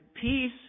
peace